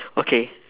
okay